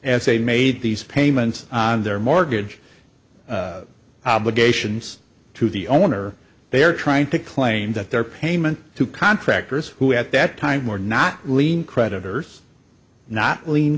as they made these payments on their mortgage obligations to the owner they are trying to claim that their payment to contractors who at that time were not lien creditors not l